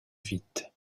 vite